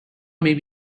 may